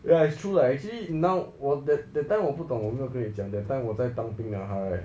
ya it's true lah actually now was that that time 我不懂我有没有跟你讲 that time 我在当兵 high